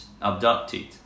abducted